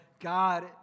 God